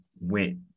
went